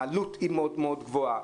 העלות היא מאוד גבוהה.